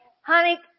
Honey